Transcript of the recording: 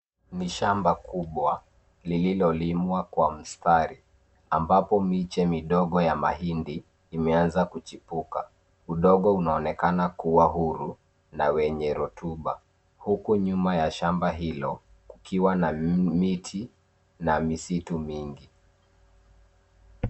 Ni shamba kubwa lililolimwa kwa mstari, ambapo miche midogo ya mahindi imeanza kuchipuka. Udongo unaonekana kuwa huru na wenye rotuba. Huku nyuma ya shamba hilo kukiwa na miti na misitu mingi.